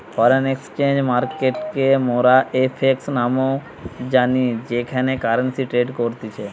foreign exchange মার্কেটকে মোরা FX নামেও জানি যেখানে কারেন্সি ট্রেড করতিছে